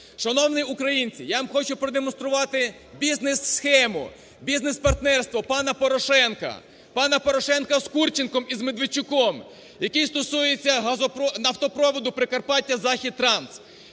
Шановні українці, я вам хочу продемонструвати бізнес-схему, бізнес-партнерство пана Порошенка, пана Порошенка з Курченком і з Медведчуком, який стосується нафтопроводу "Прикарпаття Захід-Транс",